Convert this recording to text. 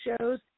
shows